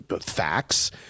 Facts